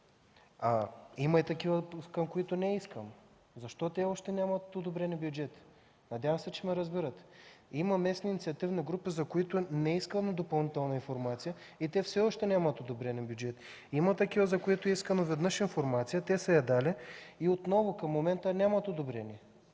и има такива, към които не е искано – защо те още нямат одобрени бюджети? Надявам се, че ме разбирате! Има местни инициативни групи, от които не е искана допълнителна информация и те все още нямат одобрен бюджет. Има такива, за които веднъж е искана информация, те са я дали и отново, към момента, нямат одобрение.